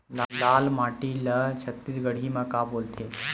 लाल माटी ला छत्तीसगढ़ी मा का बोलथे?